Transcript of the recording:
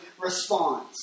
response